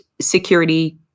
security